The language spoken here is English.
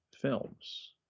films